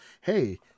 hey